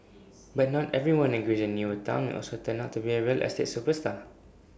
but not everyone agrees the newer Town will also turn out to be A real estate superstar